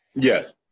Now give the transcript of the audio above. yes